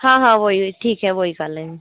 हाँ हाँ वहीं वहीं ठीक है वो ही कर लें